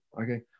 okay